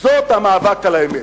זה המאבק על האמת.